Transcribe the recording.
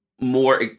more